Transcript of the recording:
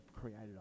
created